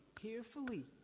carefully